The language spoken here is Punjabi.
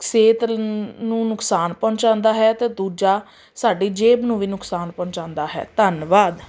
ਸਿਹਤ ਨੂੰ ਨੁਕਸਾਨ ਪਹੁੰਚਾਉਂਦਾ ਹੈ ਅਤੇ ਦੂਜਾ ਸਾਡੀ ਜੇਬ ਨੂੰ ਵੀ ਨੁਕਸਾਨ ਪਹੁੰਚਾਉਂਦਾ ਹੈ ਧੰਨਵਾਦ